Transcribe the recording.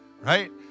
right